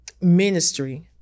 ministry